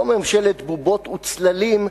לא ממשלת בובות וצללים,